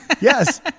Yes